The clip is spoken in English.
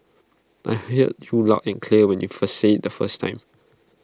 I heard you loud and clear when you first said IT the first time